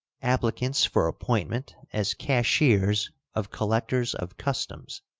applicants for appointment as cashiers of collectors of customs,